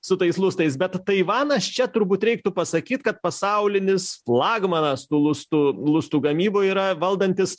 su tais lustais bet taivanas čia turbūt reiktų pasakyt kad pasaulinis flagmanas tų lustų lustų gamyboj yra valdantis